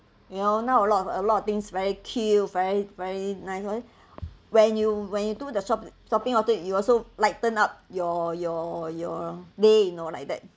you all know a lot of a lot of things very cute very very nice when you when you do the shop~ shopping all these also lighten up your your your day you know like that